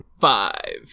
Five